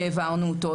שהעברנו אותו.